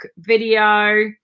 video